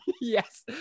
Yes